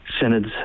Synod's